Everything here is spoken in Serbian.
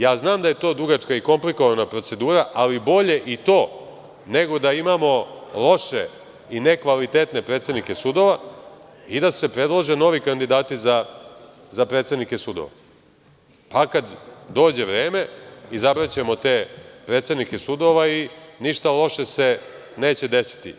Ja znam da je to dugačka i komplikovana procedura, ali bolje i to nego da imamo loše i nekvalitetne predsednike sudova, i da se predlože novi kandidati za predsednike sudova, pa kada dođe vreme, izabraćemo te predsednike sudova i ništa loše se neće desiti.